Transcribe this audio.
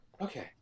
okay